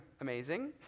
amazing